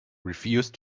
refuse